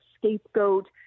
scapegoat